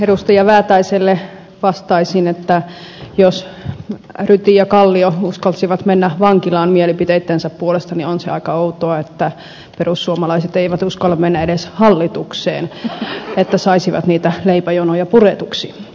edustaja väätäiselle vastaisin että jos ryti ja kallio uskalsivat mennä vankilaan mielipiteittensä puolesta niin on se aika outoa että perussuomalaiset eivät uskalla mennä edes hallitukseen että saisivat niitä leipäjonoja puretuksi